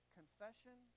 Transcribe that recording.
confession